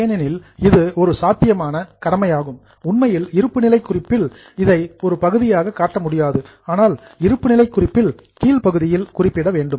ஏனெனில் இது ஒரு சாத்தியமான கடமையாகும் உண்மையில் இருப்புநிலை குறிப்பில் இதை ஒரு பகுதியாக காட்ட முடியாது ஆனால் இருப்புநிலை குறிப்பில் கீழ் பகுதியில் குறிப்பிடப்பட வேண்டும்